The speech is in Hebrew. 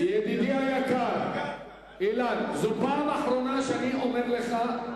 ידידי היקר, אילן, זאת הפעם האחרונה שאני אומר לך.